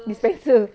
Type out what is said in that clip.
dispenser